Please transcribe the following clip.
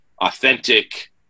authentic